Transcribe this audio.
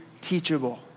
teachable